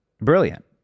brilliant